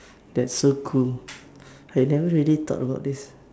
that's so cool I never really thought about this